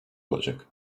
olacak